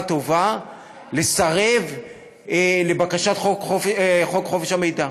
טובה לסרב לבקשה לפי חוק חופש המידע,